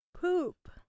Poop